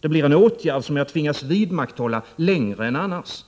det blir en åtgärd som jag tvingas vidmakthålla längre än annars.